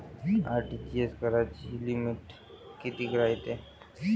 RTGS कराची limit कितीक रायते?